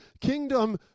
kingdom